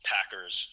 Packers